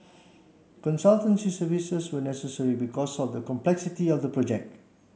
consultancy services were necessary because of the complexity of the project